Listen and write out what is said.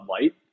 Light